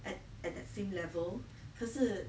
at at the same level 可是